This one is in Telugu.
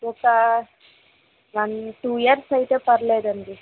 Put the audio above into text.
ఒకా వన్ టూ ఇయర్స్ అయితే పర్లేదండి